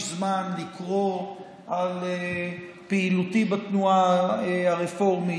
זמן לקרוא על פעילותי בתנועה הרפורמית,